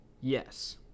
Yes